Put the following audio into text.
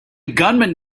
gunman